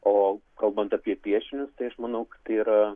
o kalbant apie piešinius tai aš manaukad tai yra